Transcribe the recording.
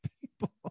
people